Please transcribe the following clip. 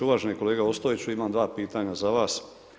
Uvaženi kolega Ostojiću, imam dva pitanja za vas.